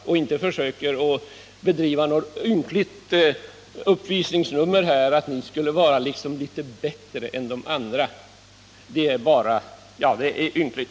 Och försök inte att göra något ynkligt uppvisningsnummer av att ni skulle vara liksom litet bättre än de andra! Det är bara ynkligt.